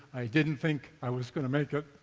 i didn't think i was going to make it.